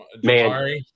Jamari